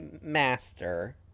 master